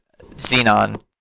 Xenon